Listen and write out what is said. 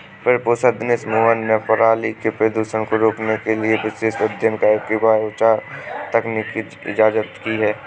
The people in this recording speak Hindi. प्रोफ़ेसर दिनेश मोहन ने पराली के प्रदूषण को रोकने के लिए विशेष अध्ययन करके बायोचार तकनीक इजाद की है